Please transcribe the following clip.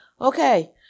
Okay